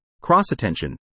cross-attention